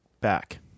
back